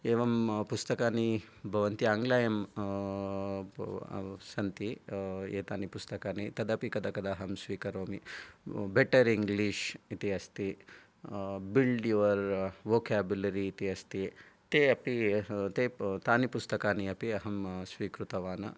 एवं पुस्तकानि भवन्ति आङ्लायां सन्ति एतानि पुस्तकानि तदपि कदा कदा अहं स्वीकरोमि बेटर् इन्ग्लिश् इति अस्ति बिल्ड् युवर् वोकेबुलरि इत्यस्ति ते अपि तानि पुस्तकानि अपि अहं स्वीकृतवान्